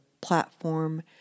platform